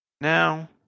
Now